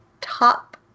top